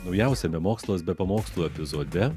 naujausiame mokslas be pamokslų epizode